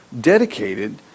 dedicated